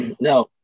Now